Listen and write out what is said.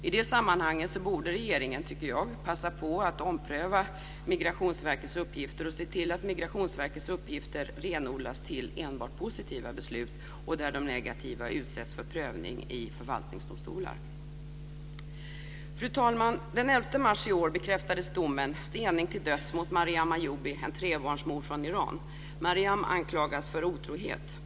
I det sammanhanget tycker jag att regeringen borde passa på att ompröva Migrationsverkets uppgifter och se till att Migrationsverkets uppgifter renodlas till enbart positiva beslut och att de negativa besluten utsätts för prövning i förvaltningsdomstolar. Fru talman! Den 11 mars i år bekräftades domen, stening till döds, mot Maryam Ayoobi, en trebarnsmor från Iran. Maryam anklagades för otrohet.